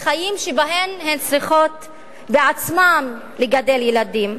לחיים שבהם הן צריכות בעצמן לגדל ילדים.